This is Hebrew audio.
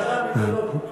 מנהלת הוועדה המיתולוגית.